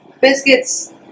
biscuits